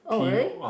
oh really